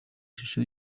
ishusho